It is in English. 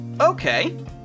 Okay